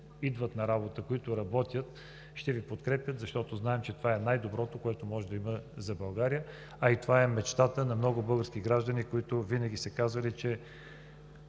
идват на работа, които работят, ще Ви подкрепят, защото това е най-доброто, което може да има за България, а и това е мечтата на много български граждани, които винаги са казвали, че